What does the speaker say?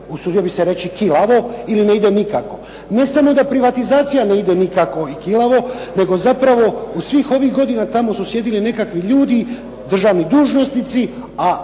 usudio bi se reći, kilavo ili ne ide nikako. Ne samo da privatizacija ne ide nikako i kilavo nego zapravo u svih ovih godina tamo su sjedili nekakvi ljudi, državni dužnosnici, a